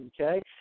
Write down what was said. Okay